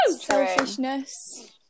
selfishness